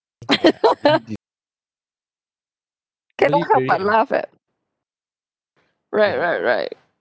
can don't care about laugh at right right right